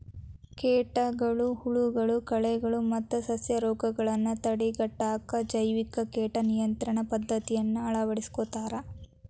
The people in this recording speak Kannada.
ಕೇಟಗಳು, ಹುಳಗಳು, ಕಳೆಗಳು ಮತ್ತ ಸಸ್ಯರೋಗಗಳನ್ನ ತಡೆಗಟ್ಟಾಕ ಜೈವಿಕ ಕೇಟ ನಿಯಂತ್ರಣ ಪದ್ದತಿಯನ್ನ ಅಳವಡಿಸ್ಕೊತಾರ